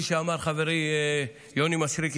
כפי שאמר חברי יוני מישרקי,